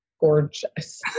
gorgeous